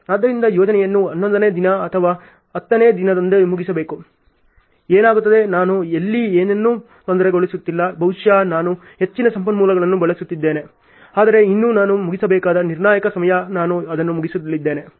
ಆದ್ದರಿಂದ ಯೋಜನೆಯನ್ನು ಹನ್ನೊಂದನೇ ದಿನ ಅಥವಾ ಹತ್ತನೇ ದಿನದಂದು ಮುಗಿಸಿ ಏನಾಗುತ್ತದೆ ನಾನು ಇಲ್ಲಿ ಏನನ್ನೂ ತೊಂದರೆಗೊಳಿಸುತ್ತಿಲ್ಲ ಬಹುಶಃ ನಾನು ಹೆಚ್ಚಿನ ಸಂಪನ್ಮೂಲಗಳನ್ನು ಬಳಸುತ್ತಿದ್ದೇನೆ ಆದರೆ ಇನ್ನೂ ನಾನು ಮುಗಿಸಬೇಕಾದ ನಿರ್ಣಾಯಕ ಸಮಯ ನಾನು ಅದನ್ನು ಮುಗಿಸಲಿದ್ದೇನೆ